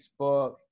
Facebook